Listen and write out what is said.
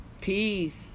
Peace